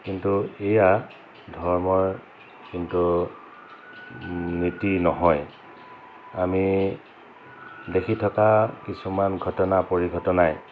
কিন্তু এয়া ধৰ্মৰ কিন্তু নীতি নহয় আমি দেখি থকা কিছুমান ঘটনা পৰিঘটনাই